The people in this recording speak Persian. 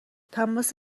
تماس